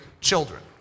children